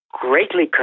greatly